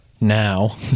Now